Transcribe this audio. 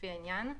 לפי העניין,